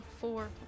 Four